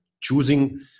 choosing